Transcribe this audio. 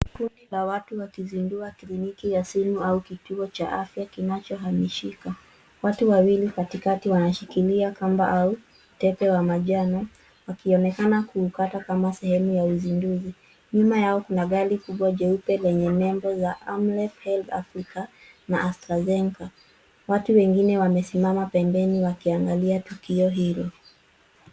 Kundi la watu wakizindua kiliniki ya simu au kituo cha afya kinachohamishika. Watu wawili katikati wanashikilia kamba au tepe wa manjano, wakionekana kuukata kama sehemu ya uzinduzii. Nyuma yao kuna gari kubwa jeupe lenye nembo za Amref Health Africa na Astrazeneca . Watu wengine wamesimama pembeni wakiangalia tukio hilo.